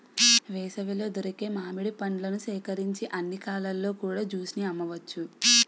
వేసవిలో దొరికే మామిడి పండ్లను సేకరించి అన్ని కాలాల్లో కూడా జ్యూస్ ని అమ్మవచ్చు